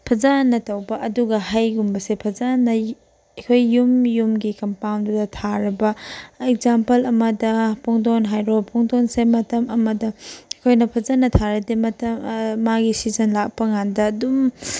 ꯐꯖꯅ ꯇꯧꯕ ꯑꯗꯨꯒ ꯍꯩꯒꯨꯝꯕꯁꯦ ꯐꯖꯅ ꯑꯩꯈꯣꯏ ꯌꯨꯝ ꯌꯨꯝꯒꯤ ꯀꯝꯄꯥꯎꯟꯗꯨꯗ ꯊꯥꯔꯕ ꯑꯦꯛꯖꯥꯝꯄꯜ ꯑꯃꯗ ꯄꯨꯡꯗꯣꯟ ꯍꯥꯏꯔꯣ ꯄꯨꯡꯗꯣꯟꯁꯦ ꯃꯇꯝ ꯑꯃꯗ ꯑꯩꯈꯣꯏꯅ ꯐꯖꯅ ꯊꯥꯔꯗꯤ ꯃꯇꯝ ꯃꯥꯒꯤ ꯁꯤꯖꯟ ꯂꯥꯛꯄꯀꯥꯟꯗ ꯑꯗꯨꯝ